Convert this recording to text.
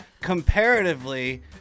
comparatively